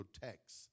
protects